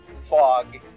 fog